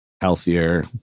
healthier